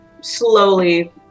slowly